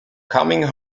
coming